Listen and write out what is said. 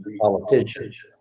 politicians